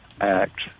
act